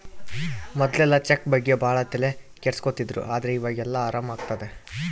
ಮೊದ್ಲೆಲ್ಲ ಚೆಕ್ ಬಗ್ಗೆ ಭಾಳ ತಲೆ ಕೆಡ್ಸ್ಕೊತಿದ್ರು ಆದ್ರೆ ಈವಾಗ ಎಲ್ಲ ಆರಾಮ್ ಆಗ್ತದೆ